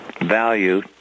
value